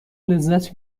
لذت